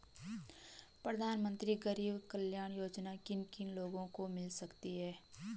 प्रधानमंत्री गरीब कल्याण योजना किन किन लोगों को मिल सकती है?